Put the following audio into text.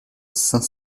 saint